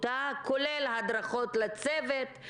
כולל הדרכות לצוות,